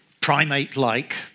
primate-like